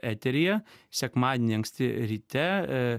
eteryje sekmadienį anksti ryte